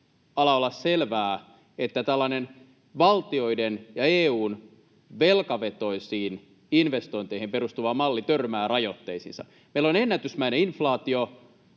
ala olla selvää, että tällainen valtioiden ja EU:n velkavetoisiin investointeihin perustuva malli törmää rajoitteisiinsa? Meillä on ennätysmäinen inf-laatio